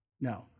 No